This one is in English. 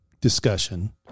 discussion